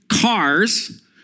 cars